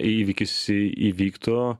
įvykis į įvyktų